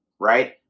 right